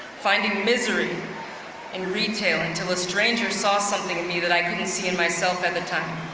finding misery in retail until a stranger saw something and me that i couldn't see in myself at the time.